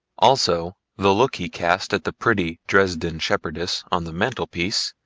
also the look he cast at the pretty dresden shepherdess on the mantel-piece,